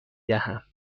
دهم